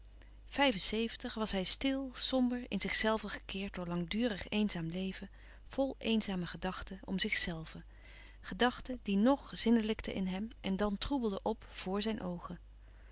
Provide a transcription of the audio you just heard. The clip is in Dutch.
vijf-en-zeventig was hij stil somber in zichzelven gekeerd door langdurig eenzaam leven vl eenzame gedachten om zichzelven gedachten die ng zinnelijkten in hem en dan troebelden p voor zijn oogen